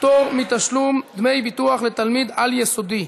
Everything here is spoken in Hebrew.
פטור מתשלום דמי ביטוח לתלמיד על-יסודי),